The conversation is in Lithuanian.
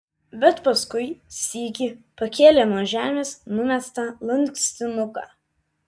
bet paskui sykį pakėlė nuo žemės numestą lankstinuką